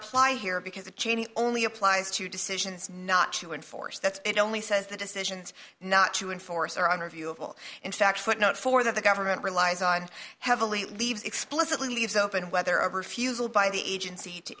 apply here because the cheney only applies to decisions not to enforce that it only says the decisions not to enforce their own review of will in fact footnote for the government relies on heavily leaves explicitly leaves open whether a refusal by the agency to